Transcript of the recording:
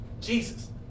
Jesus